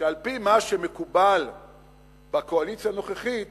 שעל-פי מה שמקובל בקואליציה הנוכחית